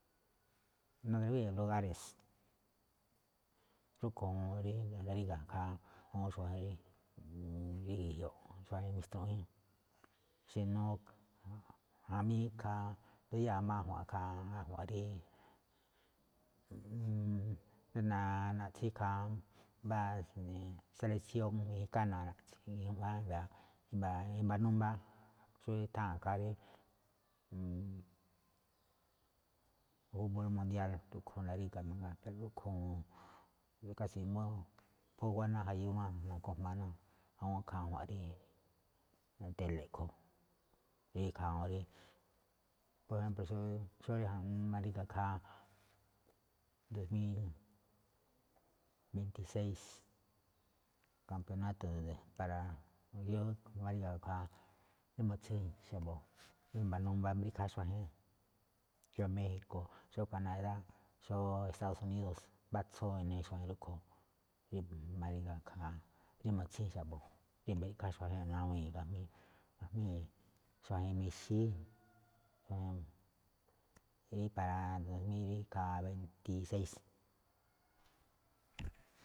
Nurawíi̱ lugáre̱s, rúꞌkhue̱n juun rí naríga̱ ikhaa awúun xuajen rí rí ge̱jioꞌ, xuajen mixtruꞌwíín, xí no, jamí ikhaa nduyáa̱ máꞌ ajua̱nꞌ ikhaa ajua̱nꞌ rí, rí natsikháa mbá ja̱ꞌnee seleksión mexikána̱, i̱mba̱ n baa xó rí nutháa̱n ikhaa rí fukból mundiál rúꞌkhue̱n naríga̱ mangaa, rúꞌkhue̱n juun, kási̱ phú nguáná jayu máꞌ nakujmaa ná awúun ikhaa ajua̱nꞌ rí téle̱ a̱ꞌkhue̱n, rí ikhaa juun rí, por ejémplo̱ xó, xó rí naríga̱ ikhaa dos mil beinti séi̱s, kampeonáto̱ para ikhaa rí mutsíi̱n xa̱bo̱ i̱mba̱ n baa mbriꞌkháá xuajen. Xó méxi̱ko̱, xó kanadá, xó estádo̱ sunído̱. Mbá atsú inii xuajen rúꞌkhue̱n rí ma̱ri̱gá ikhaa, rí mutsín xa̱bo̱ rí i̱mbriꞌkháá xuajen nawi̱i̱n gajmíi̱n xuajen mixíí, rí para ikhaa dos míl beinte séi̱s.